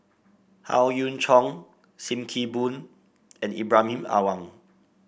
Howe Yoon Chong Sim Kee Boon and Ibrahim Awang